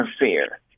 interfere